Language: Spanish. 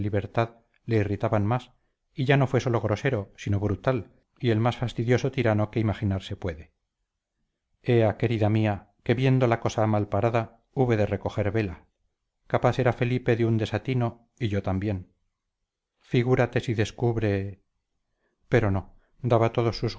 libertad le irritaban más y ya no fue sólo grosero sino brutal y el más fastidioso tirano que imaginarse puede ea querida mía que viendo la cosa mal parada hube de recoger vela capaz era felipe de un desatino y yo también figúrate si descubre pero no daba todos sus